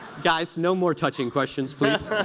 guys, no more touching questions, please.